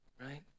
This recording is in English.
Right